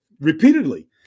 repeatedly